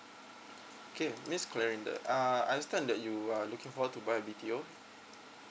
okay miss C L A R I N D A uh I understand that you are looking forward to buy a B_T_O